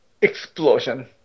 explosion